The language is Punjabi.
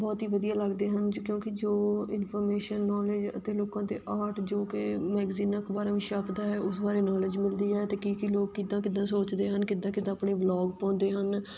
ਬਹੁਤ ਹੀ ਵਧੀਆ ਲੱਗਦੇ ਹਨ ਜ ਕਿਉਂਕਿ ਜੋ ਇਨਫੋਰਮੇਸ਼ਨ ਨੋਲੇਜ ਅਤੇ ਲੋਕਾਂ ਦੇ ਆਰਟ ਜੋ ਕਿ ਮੈਗਜ਼ੀਨਾਂ ਅਖਬਾਰਾਂ ਵਿੱਚ ਛਪਦਾ ਹੈ ਉਸ ਬਾਰੇ ਨੋਲੇਜ ਮਿਲਦੀ ਹੈ ਅਤੇ ਕੀ ਕੀ ਲੋਕ ਕਿੱਦਾਂ ਕਿੱਦਾਂ ਸੋਚਦੇ ਹਨ ਕਿੱਦਾਂ ਕਿੱਦਾਂ ਆਪਣੇ ਵਲੋਗ ਪਾਉਂਦੇ ਹਨ